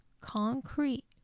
concrete